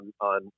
on